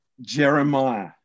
Jeremiah